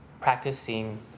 practicing